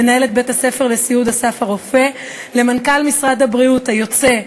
מנהלת בית-הספר לסיעוד "אסף הרופא"; למנכ"ל משרד הבריאות היוצא,